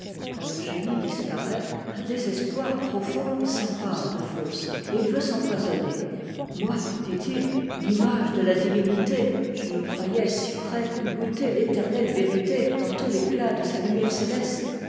quand le génie disparaît un désespoir profond s'empare de faust et il veut s'empoisonner moi dit-il l'image de la divinité je me croyais si près de goûter l'éternelle vérité dans tout i'é clat de sa lumière céleste